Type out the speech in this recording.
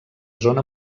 zona